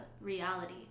reality